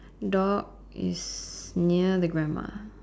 door is near the grandma